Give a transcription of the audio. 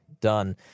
done